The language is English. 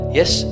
yes